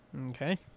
Okay